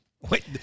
Wait